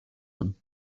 him